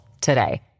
today